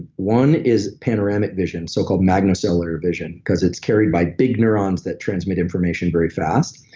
one is panoramic vision, so-called magnocellular vision, because it's carried by big neurons that transmit information very fast,